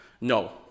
no